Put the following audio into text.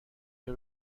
بیا